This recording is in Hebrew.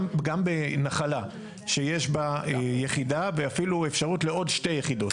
גם בנחלה שיש בה יחידה ואפילו אפשרות לעוד שתי יחידות.